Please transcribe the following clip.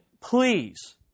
please